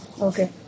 okay